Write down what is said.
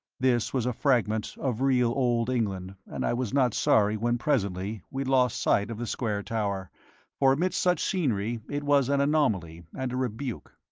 this was a fragment of real old england, and i was not sorry when presently we lost sight of the square tower for amidst such scenery it was an anomaly and a rebuke.